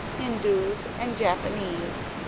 hindoos and japanese.